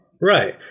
Right